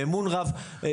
באמון רב,